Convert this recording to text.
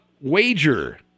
wager